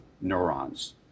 neurons